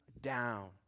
down